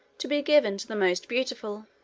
to be given to the most beautiful.